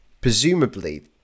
presumably